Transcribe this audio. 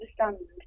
understand